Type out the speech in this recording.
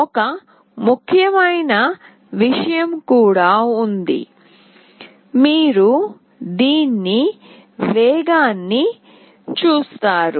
ఒక ముఖ్యమైన విషయం కూడా ఉంది మీరు దీని వేగాన్ని చూస్తారు